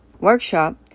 workshop